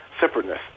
separateness